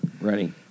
Ready